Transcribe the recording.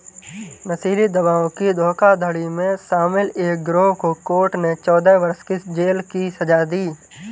नशीली दवाओं की धोखाधड़ी में शामिल एक गिरोह को कोर्ट ने चौदह वर्ष की जेल की सज़ा दी